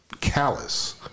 callous